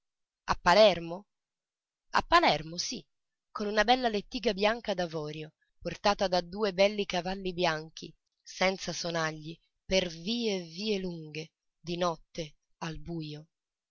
a palermo a palermo sì con una bella lettiga bianca d'avorio portata da due belli cavalli bianchi senza sonagli per vie e vie lunghe di notte al bujo